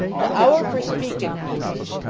the hour for speakin pieces,